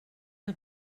que